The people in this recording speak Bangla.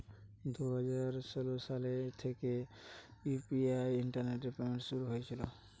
দুই হাজার ষোলো সাল থেকে ইউ.পি.আই ইন্টারনেট পেমেন্ট শুরু হয়েছিল